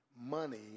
money